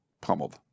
pummeled